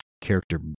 character